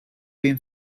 been